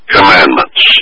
Commandments